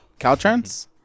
Caltrans